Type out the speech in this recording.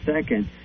second